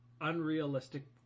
unrealistic